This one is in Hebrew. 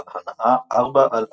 בעל הנעה 4x4,